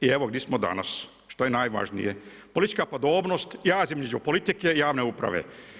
I evo gdi smo danas šta je najvažnije politička podobnost, jaz između politike i javne uprave.